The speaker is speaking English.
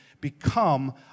become